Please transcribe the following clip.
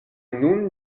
nun